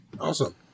Awesome